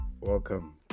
Welcome